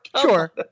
sure